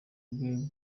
bwe